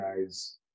guys